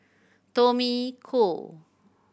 Tommy Koh